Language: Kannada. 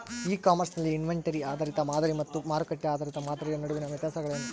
ಇ ಕಾಮರ್ಸ್ ನಲ್ಲಿ ಇನ್ವೆಂಟರಿ ಆಧಾರಿತ ಮಾದರಿ ಮತ್ತು ಮಾರುಕಟ್ಟೆ ಆಧಾರಿತ ಮಾದರಿಯ ನಡುವಿನ ವ್ಯತ್ಯಾಸಗಳೇನು?